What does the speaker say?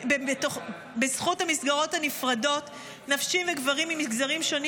בזכות המסגרות הנפרדות נשים וגברים ממגזרים שונים